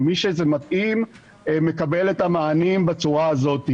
למי שזה מתאים הוא מקבל את המענים בצורה הזאת,